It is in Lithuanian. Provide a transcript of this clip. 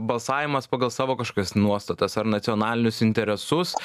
balsavimas pagal savo kažkokias nuostatas ar nacionalinius interesus